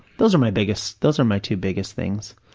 those are my biggest, those are my two biggest things.